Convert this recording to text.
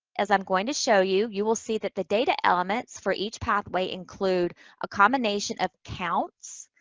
as i'm going to show you, you will see that the data elements for each pathway include a combination of counts,